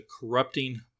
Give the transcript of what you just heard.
corrupting